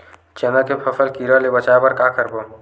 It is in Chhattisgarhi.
चना के फसल कीरा ले बचाय बर का करबो?